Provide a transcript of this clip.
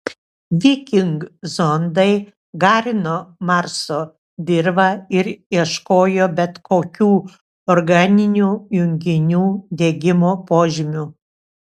viking zondai garino marso dirvą ir ieškojo bet kokių organinių junginių degimo požymių